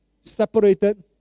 separated